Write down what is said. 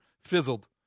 fizzled